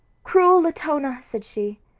cruel latona, said she,